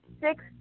six